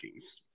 rankings